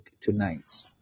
tonight